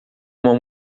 uma